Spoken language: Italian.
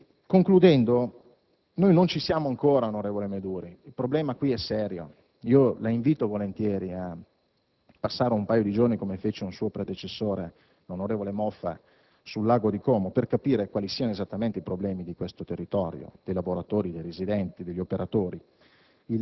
Concludendo, non ci siamo ancora, onorevole Meduri. Il problema è serio. La invito volentieri a passare un paio di giorni sul lago di Como, come fece un suo predecessore, l'onorevole Moffa, per capire quali sono esattamente i problemi di questo territorio, dei lavoratori, dei residenti, degli operatori.